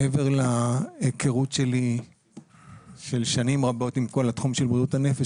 מעבר להיכרות שלי של שנים רבות עם כל התחום של בריאות הנפש,